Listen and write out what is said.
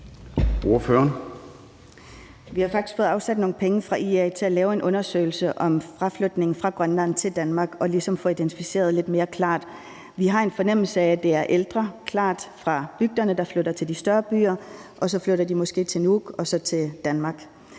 Vi har faktisk i IA fået afsat nogle penge til at lave en undersøgelse om fraflytningen fra Grønland til Danmark for ligesom få identificeret det lidt mere klart. Vi har en fornemmelse af, at det helt klart er ældre fra bygderne, men også nogle familier, der flytter til de større byer, og så flytter de måske til Nuuk og så til Danmark.